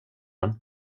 den